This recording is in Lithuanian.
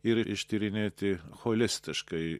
ir ištyrinėti holistiškai